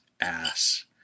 ass